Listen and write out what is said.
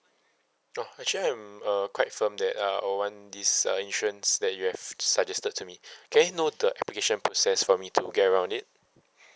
oh actually I'm uh quite firm that uh I want this uh insurance that you have suggested to me can I know the application process for me to get around it